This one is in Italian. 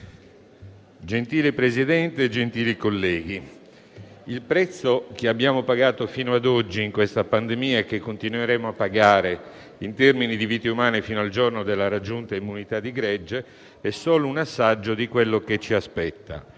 Signor Presidente, gentili colleghi, il prezzo che abbiamo pagato fino ad oggi in questa pandemia e che continueremo a pagare in termini di vite umane fino al giorno della raggiunta immunità di gregge è solo un assaggio di quello che ci aspetta.